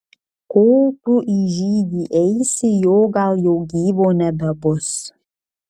kol tu į žygį eisi jo gal jau gyvo nebebus